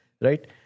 Right